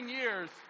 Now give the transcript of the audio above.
years